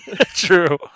True